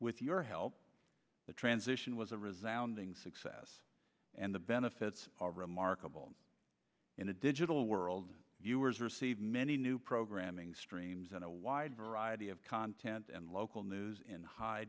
with your help the transition was a resoundingly success and the benefits are remarkable in the digital world viewers receive many new programming streams in a wide variety of content and local news in high